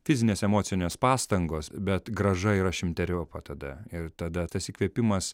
fizinės emocinės pastangos bet grąža yra šimteriopa tada ir tada tas įkvėpimas